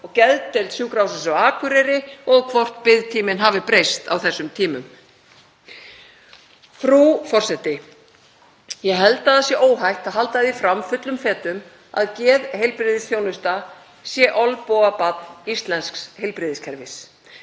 og geðdeild Sjúkrahússins á Akureyri og hvort biðtíminn hafi breyst á þessum tímum. Frú forseti. Ég held að það sé óhætt að halda því fram fullum fetum að geðheilbrigðisþjónusta sé olnbogabarn íslensks heilbrigðiskerfis.